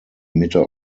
mitte